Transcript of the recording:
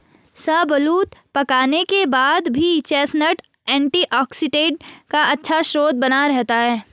शाहबलूत पकाने के बाद भी चेस्टनट एंटीऑक्सीडेंट का अच्छा स्रोत बना रहता है